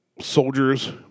soldiers